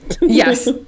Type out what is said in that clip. Yes